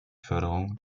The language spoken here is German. förderung